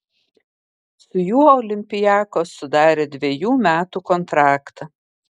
su juo olympiakos sudarė dvejų metų kontraktą